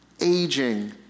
aging